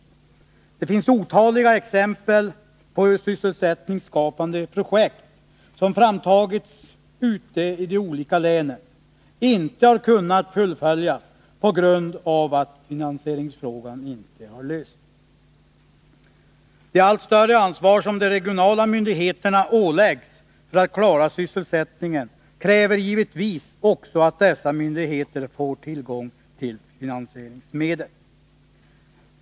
Det finns otaliga exempel på hur sysselsättningsskapande projekt, som har framtagits ute i de olika länen, inte har kunnat fullföljas på grund av att finansieringsfrågan inte har lösts. Det allt större ansvar som de regionala myndigheterna åläggs för att klara sysselsättningen kräver givetvis också att dessa myndigheter får tillgång till finansieringsmedel.